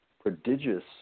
prodigious